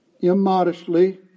immodestly